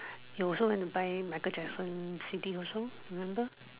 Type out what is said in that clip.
you also went to buy Michael Jackson C_D also remember